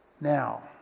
Now